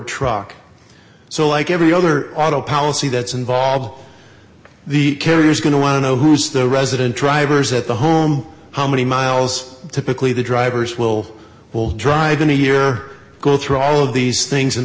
truck so like every other auto policy that's involved the carrier is going to want to know who's the resident drivers at the home how many miles typically the drivers will will drive going to year go through all of these things and